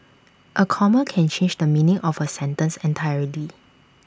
A comma can change the meaning of A sentence entirely